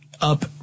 Up